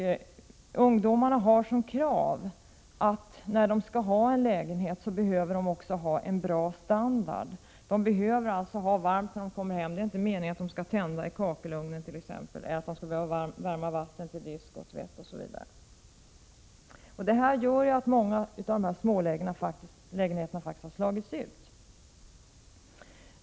Ungdomarna har krav på att när de skall ha en lägenhet behöver de också en bra standard. De behöver alltså ha varmt när de kommer hem. Det är inte meningen att de t.ex. skall tända i kakelugnen eller värma vatten till disk och tvätt osv. Detta gör att många av smålägenheterna faktiskt har slagits ut.